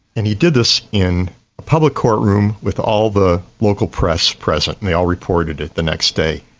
and he did this in a public court room with all the local press present, and they all reported it the next day.